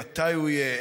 מתי הוא יהיה,